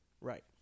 Right